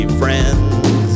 friends